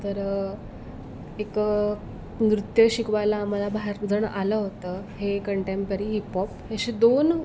तर एक नृत्य शिकवायला आम्हाला बाहेरच जण आलं होतं हे कॅन्टेम्परी हिपहॉप असे दोन